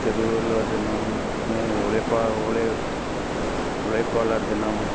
திருவள்ளுவர் தினம் மே உழைப்பா உழை உழைப்பாளர் தினம்